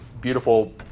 beautiful